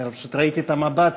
פשוט ראיתי את המבט